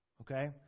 okay